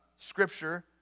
scripture